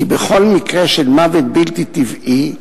כי בכל מקרה של מוות בלתי טבעי,